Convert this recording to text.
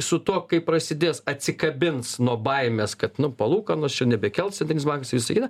su tuo kai prasidės atsikabins nuo baimės kad nu palūkanos čia nebekels centrinis blanks ir visa kita